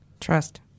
Trust